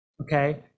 okay